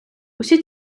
усі